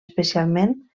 especialment